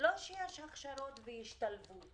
של הכשרות והשתלבות